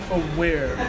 aware